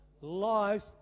Life